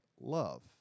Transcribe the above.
love